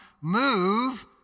move